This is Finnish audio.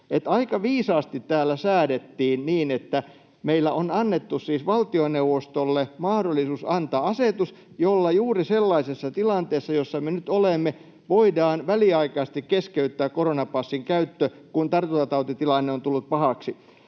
Aika viisaasti täällä säädettiin niin, että meillä on annettu siis valtioneuvostolle mahdollisuus antaa asetus, jolla juuri sellaisessa tilanteessa, jossa me nyt olemme, voidaan väliaikaisesti keskeyttää koronapassin käyttö, kun tartuntatautitilanne on tullut pahaksi.